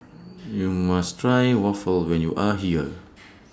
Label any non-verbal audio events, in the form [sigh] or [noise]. YOU must Try Waffle when YOU Are here [noise]